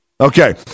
Okay